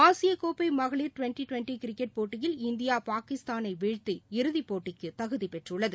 ஆசிய கோப்பை மகளிர் டுவெண்டி கிரிக்கெட் போட்டியில் இந்தியா பாகிஸ்தானை வீழ்த்தி இறுதிப் போட்டிக்கு தகுதி பெற்றுள்ளது